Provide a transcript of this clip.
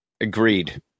Agreed